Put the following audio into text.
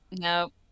No